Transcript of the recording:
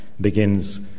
begins